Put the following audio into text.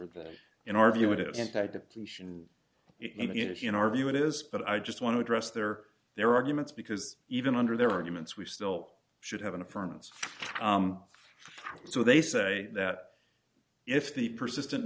that in our view it isn't that depletion it is in our view it is but i just want to address their their arguments because even under their arguments we still should have an affirmative so they say that if the persistent